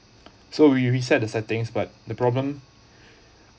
so we reset the settings but the problem